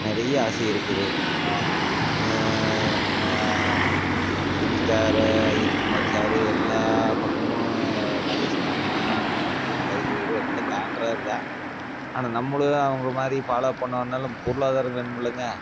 நிறையா ஆசை இருக்குது நம்ம சினி ஸ்டாரு அஜித்குமார் சாரு எல்லா பக்கமும் ராஜஸ்தானு அங்கையும் இங்கையும் பைக் ரைடு எல்லாம் காட்டுறாருதான் ஆனால் நம்மளும் அவங்கள மாதிரி ஃபாலோ பண்ணணுனாலும் பொருளாதாரம் வேணுமில்லைங்க